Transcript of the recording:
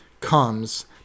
comes